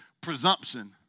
presumption